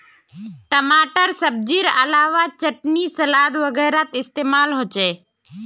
टमाटर सब्जिर अलावा चटनी सलाद वगैरहत इस्तेमाल होचे